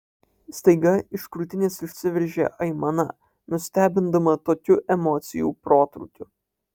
staiga iš krūtinės išsiveržė aimana nustebindama tokiu emocijų protrūkiu